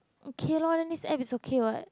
okay lor then this app is okay [what]